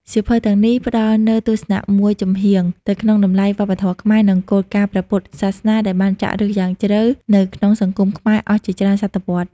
សៀវភៅទាំងនេះផ្ដល់នូវទស្សនៈមួយចំហៀងទៅក្នុងតម្លៃវប្បធម៌ខ្មែរ និងគោលការណ៍ព្រះពុទ្ធសាសនា ដែលបានចាក់ឫសយ៉ាងជ្រៅនៅក្នុងសង្គមខ្មែរអស់ជាច្រើនសតវត្សរ៍។